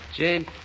Jane